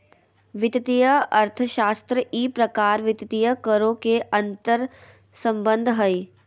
वित्तीय अर्थशास्त्र ई प्रकार वित्तीय करों के अंतर्संबंध हइ